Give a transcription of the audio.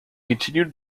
continued